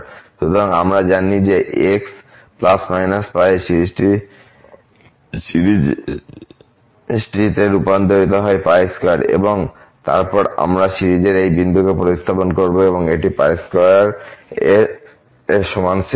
সুতরাং আমরা জানি যে x±π এ সিরিজতে রূপান্তরিত হয় 2 এ এবং তারপরে আমরা সিরিজের একই বিন্দুকে প্রতিস্থাপন করব এবং এটি 2 এর সমান সেট করা হবে